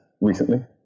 recently